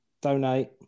Donate